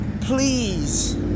Please